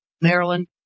Maryland